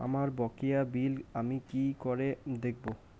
আমার বকেয়া বিল আমি কি করে দেখব?